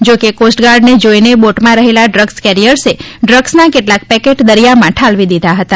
જો કે કોસ્ટગાર્ડને જોઈને બોટમાં રહેલાં ડ્રગ્સ કેરીયર્સએ ડ્રગ્સના કેટલાંક પેકેટ દરિયામાં ઠાલવી દીધા હતા